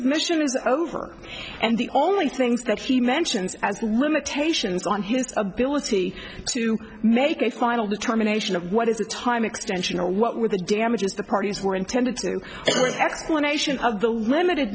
mission is over and the only things that he mentions as limitations on his ability to make a final determination of what is a time extension what were the damages the parties were intended to explanation of the limited